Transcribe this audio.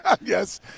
Yes